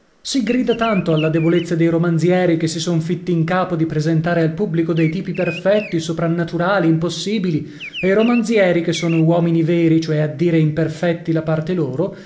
si grida tanto alla debolezza dei romanzieri che si son fitti in capo di presentare al pubblico dei tipi perfetti soprannaturali impossibili e i romanzieri che sono uomini veri cioè a dire imperfetti la parte loro